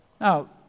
Now